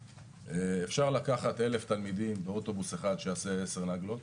אפשר לקחת אלף תלמידים באוטובוס אחד שיעשה עשר נגלות,